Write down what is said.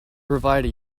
provide